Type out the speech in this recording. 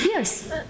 Yes